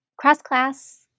cross-class